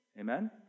Amen